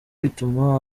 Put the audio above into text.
ituma